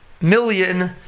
million